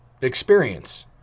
experience